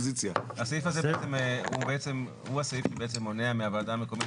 הסעיף הזה בעצם הוא הסעיף שבעצם מונע מהוועדה המקומית